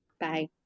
Bye